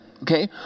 okay